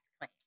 claim